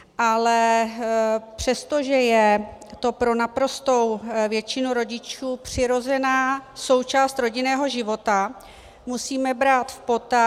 Ale přestože je to pro naprostou většinu rodičů přirozená součást rodinného života, musíme brát v potaz...